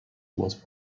was